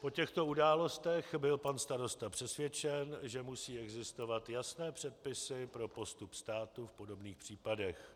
O těchto událostech byl pan starosta přesvědčen, že musí existovat jasné předpisy pro postup státu v podobných případech.